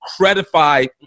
credify